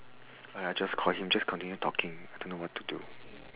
!aiya! just call him just continue talking don't know what to do